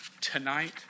tonight